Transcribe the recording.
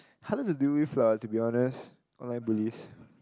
harder to deal with lah to be honest online bullies